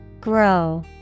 Grow